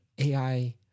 AI